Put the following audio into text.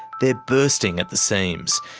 they're bursting at the seams.